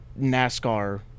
NASCAR